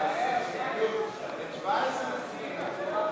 הפרק לא נתקבלה.